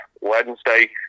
wednesday